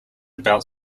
about